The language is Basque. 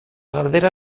galdera